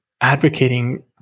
advocating